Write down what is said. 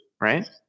Right